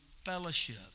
Fellowship